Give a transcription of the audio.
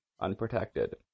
unprotected